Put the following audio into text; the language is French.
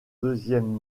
deuxièmes